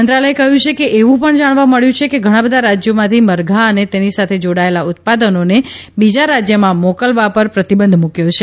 મંત્રાલયે કહ્યું છે કે એવું પણ જાણવા મળ્યું છે કે ઘણા બધા રાજ્યોમાંથી મરઘા અને તેની સાથે જોડાયેલ ઉત્પાદનોને બીજા રાજ્યમાં મોકલવા પર પ્રતિબંધ મુક્યો છે